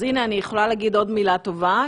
אז הנה אני יכולה להגיד מילה טובה,